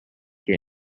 get